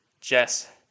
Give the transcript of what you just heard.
Jess